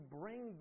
bring